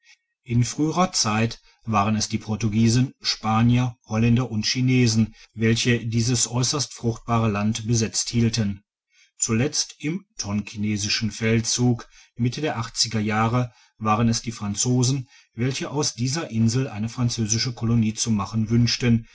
in früherer zeit waren es die portugiesen spanier holländer und chinesen welche dieses äusserst fruchtbare land besetzt hielten zuletzt im tonkinesischen feldzuge mitte der achtziger jahre waren es die franzosen welche aus dieser insel eine französische kolonie zu machen wünschten